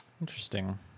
Interesting